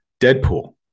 Deadpool